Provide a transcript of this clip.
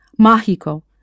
mágico